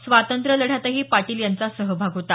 स्वातंत्र्यलढ्यातही पाटील यांचा सहभाग होता